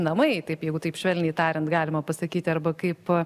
namai taip jeigu taip švelniai tariant galima pasakyti arba kaip